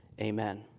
amen